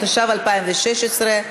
התשע"ו 2016,